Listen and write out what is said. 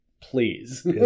Please